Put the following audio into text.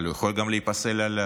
אבל הוא יכול גם להיפסל על ידי,